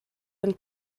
and